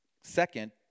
Second